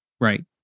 Right